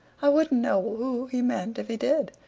i wouldn't know who he meant if he did.